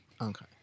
Okay